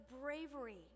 bravery